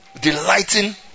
delighting